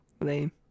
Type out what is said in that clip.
Lame